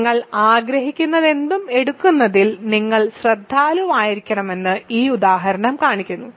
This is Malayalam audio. നിങ്ങൾ ആഗ്രഹിക്കുന്നതെന്തും എടുക്കുന്നതിൽ നിങ്ങൾ ശ്രദ്ധാലുവായിരിക്കണമെന്ന് ഈ ഉദാഹരണം കാണിക്കുന്നു